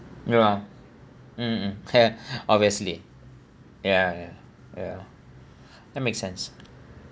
ya mm mm care obviously yeah yeah yeah that makes sense